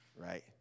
right